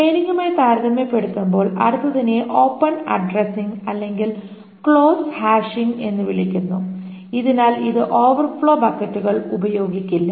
ചെയ്നിംഗുമായി താരതമ്യപ്പെടുത്തുമ്പോൾ അടുത്തതിനെ open addressing അല്ലെങ്കിൽ ക്ലോസ്ഡ് ഹാഷിംഗ് എന്ന് വിളിക്കുന്നു അതിനാൽ ഇത് ഓവർഫ്ലോ ബക്കറ്റുകൾ ഉപയോഗിക്കില്ല